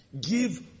give